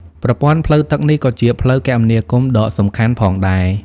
ប្រព័ន្ធផ្លូវទឹកនេះក៏ជាផ្លូវគមនាគមន៍ដ៏សំខាន់ផងដែរ។